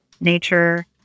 nature